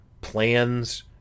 plans